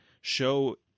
show